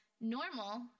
Normal